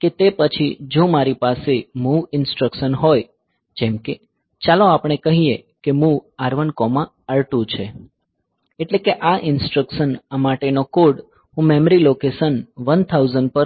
કે તે પછી જો મારી પાસે MOV ઇન્સટ્રકસન હોય જેમ કે ચાલો આપણે કહીએ કે MOV R1R2 છે એટલે કે આ ઇન્સટ્રકસન આ માટેનો કોડ હું મેમરી લોકેશન 1000 પર મૂકવા માંગું છું